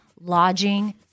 lodging